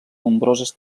nombroses